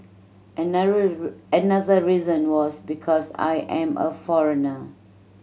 another reason was because I am a foreigner